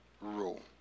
rule